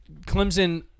Clemson